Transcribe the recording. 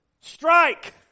strike